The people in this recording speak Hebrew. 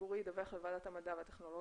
ציבורי ידווח לוועדת המדע והטכנולוגיה.